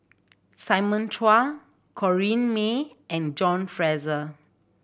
Simon Chua Corrinne May and John Fraser